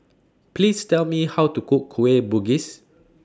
Please Tell Me How to Cook Kueh Bugis